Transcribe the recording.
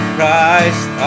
Christ